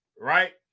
right